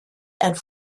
and